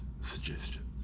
suggestions